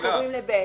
אנחנו עוברים ל-(ב).